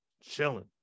Chilling